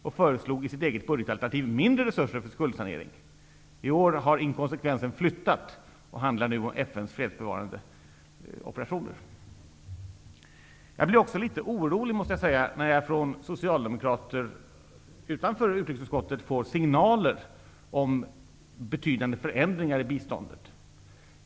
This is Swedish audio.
Men i sitt eget budgetalternativ förslog Socialdemokraterna mindre resurser till skuldsanering. I år har inkonsekvensen flyttats och handlar nu om FN:s fredsbevarande operationer. Jag blir också litet orolig när jag från socialdemokrater utanför utrikesutskottet får signaler om betydande förändringar i biståndet.